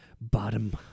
bottom